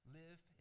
live